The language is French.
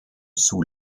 sous